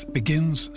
begins